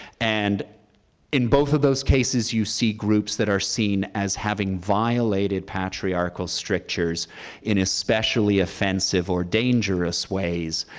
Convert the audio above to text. and in both of those cases, you see groups that are seen as having violated patriarchal strictures in especially offensive or dangerous ways,